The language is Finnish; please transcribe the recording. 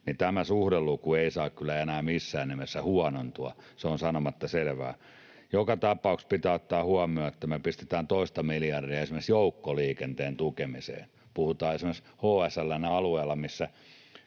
Tämä suhdeluku ei saa kyllä enää missään nimessä huonontua, se on sanomatta selvää. Joka tapauksessa pitää ottaa huomioon, että me pistetään toista miljardia euroa esimerkiksi joukkoliikenteen tukemiseen. Puhutaan esimerkiksi HSL:n alueesta, missä